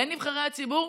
בין נבחרי הציבור,